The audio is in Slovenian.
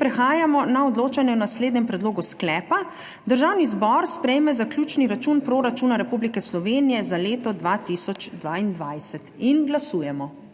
Prehajamo na odločanje o naslednjem predlogu sklepa: Državni zbor sprejme zaključni račun proračuna Republike Slovenije za leto 2022. Glasujemo.